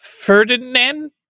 Ferdinand